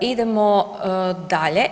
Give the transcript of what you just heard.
Idemo dalje.